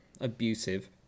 abusive